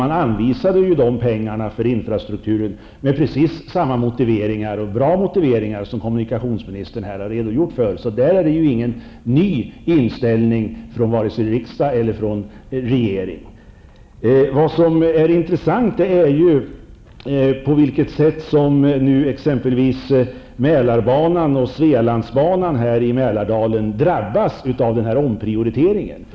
Man anvisade ju de här pengarna för infrastrukturen med precis samma goda motiveringar som de som kommunikationsministern här har redogjort för. Därvidlag är det ju inte fråga om någon ny inställning från vare sig riksdag eller regering. Vad som är intressant är ju det sätt på vilket nu exempelvis Mälarbanan och Svealandsbanan här i Mälardalen drabbas av omprioriteringen.